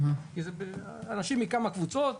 כי זה אנשים מכמה קבוצות,